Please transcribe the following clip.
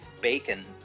bacon